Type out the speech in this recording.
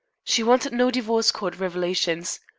she wanted no divorce court revelations.